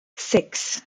six